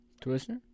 Twister